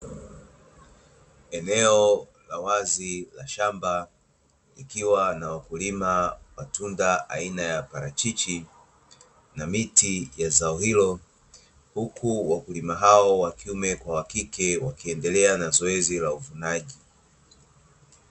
Eneo la wazi la shamba likiwa na wakulima wa matunda aina ya parachichi na miti ya zao hilo, huku wakulima hao wakiume kwa wakike wakiendelea na zoezi la uvunaji.